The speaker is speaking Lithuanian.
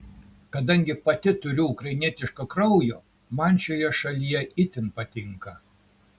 kadangi pati turiu ukrainietiško kraujo man šioje šalyje itin patinka